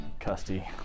Custy